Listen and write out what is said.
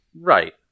Right